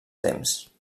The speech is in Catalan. temps